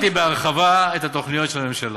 פירטתי בהרחבה את התוכניות של הממשלה.